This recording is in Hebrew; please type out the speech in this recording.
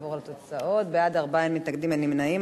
נעבור לתוצאות: בעד, 4, אין מתנגדים, אין נמנעים.